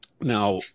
Now